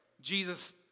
Jesus